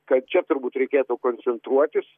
kad čia turbūt reikėtų koncentruotis